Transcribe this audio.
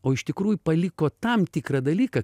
o iš tikrųjų paliko tam tikrą dalyką